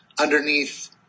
underneath